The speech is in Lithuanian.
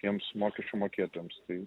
tiems mokesčių mokėtojams tai